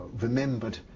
remembered